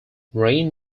rain